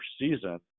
season